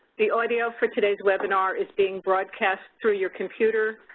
the audio for today's webinar is being broadcast through your computer.